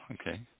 Okay